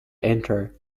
enter